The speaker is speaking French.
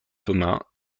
thomas